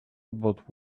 about